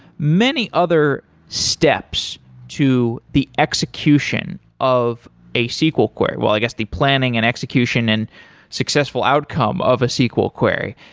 many other steps to the execution of a sql query, well, i guess the planning and execution and successful outcome of a sql query,